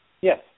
Yes